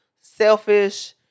selfish